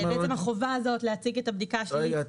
החובה הזאת להציג את הבדיקה השלילית --- רגע,